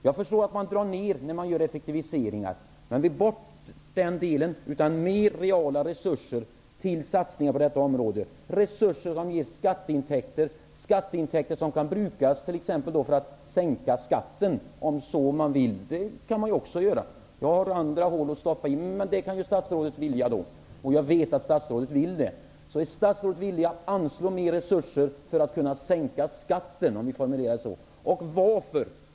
Jag förstår att man drar ner när man gör effektiviseringar, men mer reella resurser på detta område ger skatteintäkter, som kan brukas t.ex. för att sänka skatten, om så man vill. Jag har andra hål att stoppa i, men sänka skatten kan ju statsrådet vilja göra -- jag vet att statsrådet vill det. Är statsrådet villig att anslå mer resurser för att kunna sänka skatten? Låt mig formulera det så.